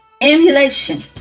Emulation